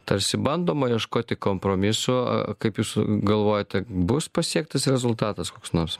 tarsi bandoma ieškoti kompromiso kaip jūs galvojate bus pasiektas rezultatas koks nors